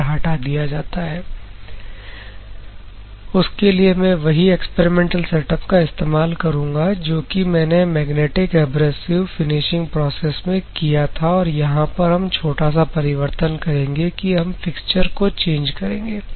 For the same as I said we are going to use the same experimental setup that we have seen in the magnetic abrasive finishing process And the slight change that we are going to do is that we are changing the fixture उसके लिए मैं वही experimental setup का इस्तेमाल करूंगा जो कि मैंने मैग्नेटिक एब्रेसिव फिनिशिंग प्रोसेस में किया था और यहां पर हम छोटा सा परिवर्तन करेंगे कि हम फिक्सचर को चेंज करेंगे